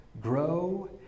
Grow